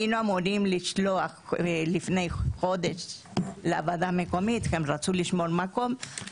היינו אמורים לשלוח לפני חודש לוועדה המקומית כי הם רצו לשמור מקום,